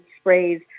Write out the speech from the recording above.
sprays